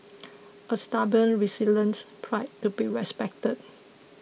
a stubborn resilient pride to be respected